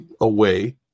away